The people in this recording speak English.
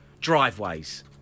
Driveways